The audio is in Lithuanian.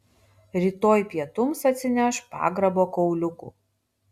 rytoj pietums atsineš pagrabo kauliukų